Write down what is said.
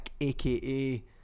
aka